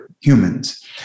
humans